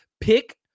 Pick